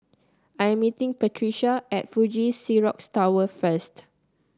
I am meeting Patricia at Fuji Xerox Tower first